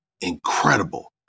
incredible